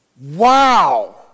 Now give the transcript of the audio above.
Wow